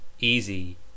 easy